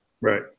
Right